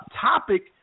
topic